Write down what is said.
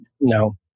No